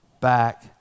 back